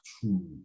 true